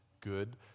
good